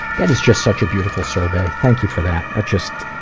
that is just such a beautiful survey, thank you for that. that just.